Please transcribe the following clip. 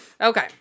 okay